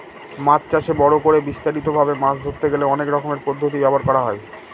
মাছ চাষে বড় করে বিস্তারিত ভাবে মাছ ধরতে গেলে অনেক রকমের পদ্ধতি ব্যবহার করা হয়